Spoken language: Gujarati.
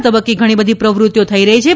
આ તબક્કે ઘણી બધી પ્રવૃતિઓ થઇ રહી છે